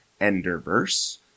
Enderverse